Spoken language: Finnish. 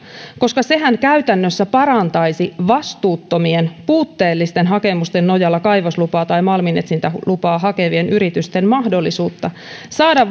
koska sehän käytännössä parantaisi vastuuttomien puutteellisten hakemusten nojalla kaivoslupaa tai malminetsintälupaa hakevien yritysten mahdollisuutta saada